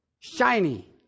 Shiny